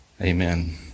Amen